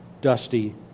dusty